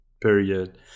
period